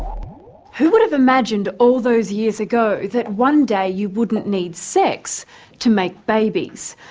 who would have imagined all those years ago that one day you wouldn't need sex to make babies?